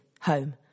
home